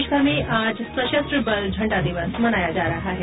देशभर में आज सशस्त्र बल झंडा दिवस मनाया जा रहा है